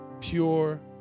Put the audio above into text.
pure